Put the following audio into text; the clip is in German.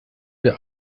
wir